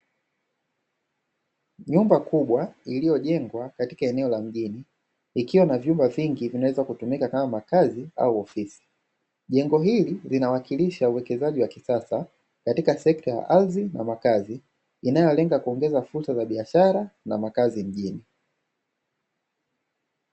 Nyumba kubwa iliyojengwa katika eneo la mjini, ikiwa na vyumba vingi viavyoweza kutumika kama makazi au ofisi. Jengo hili linawakilisha uwekezaji wa kisasa, katika sekta ya ardhi na makazi, inayolenga kuongeza fursa za biashara na makazi mjini.